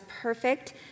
perfect